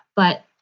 but,